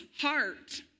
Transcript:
heart